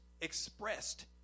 expressed